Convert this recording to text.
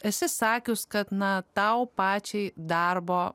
esi sakius kad na tau pačiai darbo